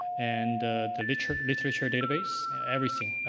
and the literature literature database everything.